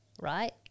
right